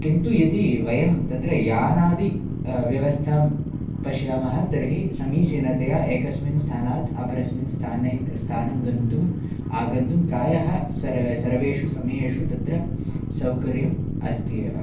किन्तु यदि वयं तत्र यानादि व्यवस्थां पश्यामः तर्हि समीचीनतया एकस्मिन् स्थानात् अपरस्मिन् स्थाने स्थानं गन्तुम् आगन्तुं प्रायः सर्व् सर्वेषु समयेषु तत्र सौकर्यम् अस्ति एव